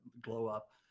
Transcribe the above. glow-up